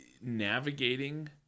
navigating